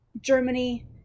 germany